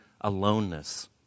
aloneness